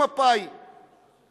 מהמפלגה, ממפא"י ההיסטורית.